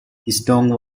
stone